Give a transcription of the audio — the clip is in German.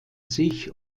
sich